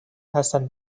هستند